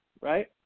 right